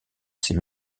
ses